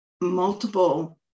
multiple